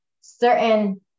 certain